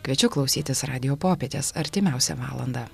kviečiu klausytis radijo popietės artimiausią valandą